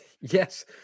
Yes